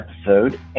episode